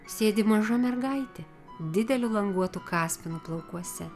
sėdi maža mergaitė dideliu languotu kaspinu plaukuose